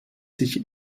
sich